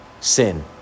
sin